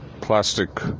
plastic